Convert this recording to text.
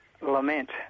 lament